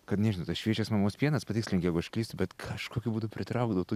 kad nežinau tas šviežias mamos pienas patikslink jeigu aš klystu bet kažkokiu būdu pritraukdavo tų